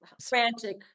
frantic